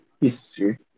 history